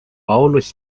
paulus